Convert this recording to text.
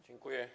Dziękuję.